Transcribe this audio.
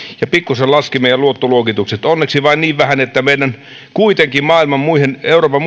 ja meidän luottoluokitukset pikkuisen laskivat onneksi vain niin vähän että kuitenkin maailman muihin euroopan